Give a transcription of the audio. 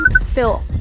Phil